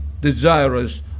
desirous